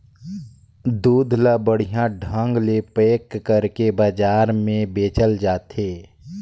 दूद ल बड़िहा ढंग ले पेक कइरके बजार में बेचल जात हे